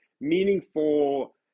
meaningful